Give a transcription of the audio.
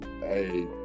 hey